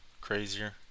crazier